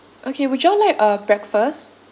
okay would you all like uh breakfast